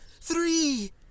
Three